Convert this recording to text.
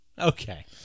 Okay